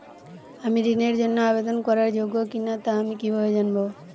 আমি ঋণের জন্য আবেদন করার যোগ্য কিনা তা আমি কীভাবে জানব?